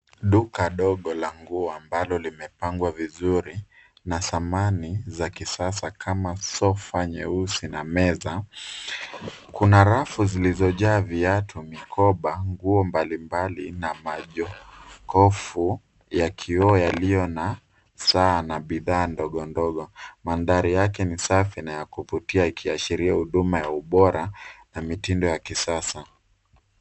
Duka dogo la nguo ambalo limepangwa vizuri na samani za kisasa kama sofa nyeusi na meza, kuna rafu zilizojaa viatu ,mikoba, nguo mbali mbali na majokofu ya kioo yaliyo na saa na bidhaa ndogo ndogo. Mandhari yake ni safi na ya kuvutia ikiashiria huduma ya ubora na mitindo ya kisasa.